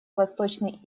восточный